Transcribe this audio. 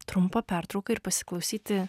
trumpą pertrauką ir pasiklausyti